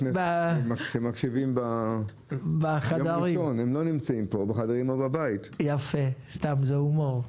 משכנתה בעשור האחרון או בעשרים השנים האחרונות?